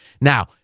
Now